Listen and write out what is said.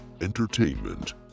Entertainment